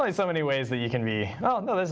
like so many ways that you can be no, there's,